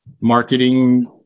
marketing